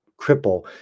cripple